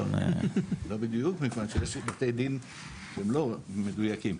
לא, לא בדיוק, מכיוון שיש בתי דין שהם לא מדויקים.